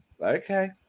Okay